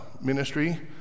ministry